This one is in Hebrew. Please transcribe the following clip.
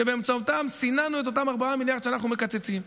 שבאמצעותם סיננו את אותם 4 מיליארד שאנחנו מקצצים.